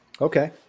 Okay